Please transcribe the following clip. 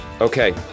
okay